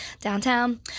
downtown